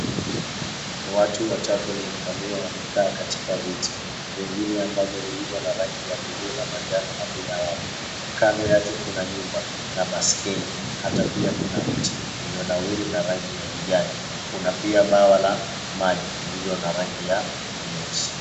Watu watatu wanaonekaniwa wamekaa katika viti, vingine ambavyo vilivyo na rangi ya buluu na manjano havina watu. Kando yake kuna nyumba na baiskeli hata pia kuna mti ulionawiri wa rangi ya kijani. Kuna pia bwawa la maji lililo na rangi ya nyeusi.